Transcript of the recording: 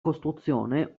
costruzione